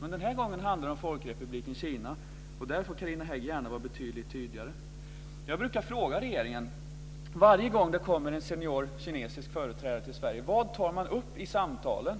Men den här gången handlar det om Folkrepubliken Kina, och där får Carina Hägg gärna vara betydligt tydligare. Varje gång det kommer en kinesisk företrädare till Sverige brukar jag fråga regeringen vad man tar upp i samtalen.